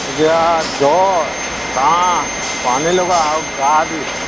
এতিয়া জ্বৰ কাহ পানীলগা আৰু গাৰ বিষ